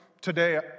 today